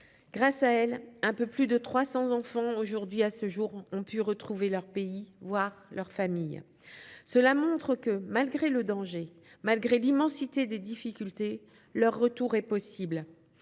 Grâce à elles, un peu plus de 300 enfants auraient à ce jour pu retrouver leur pays, voire leur famille. Cela montre que, malgré le danger, malgré l'immensité des difficultés, leur retour est possible.